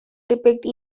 depict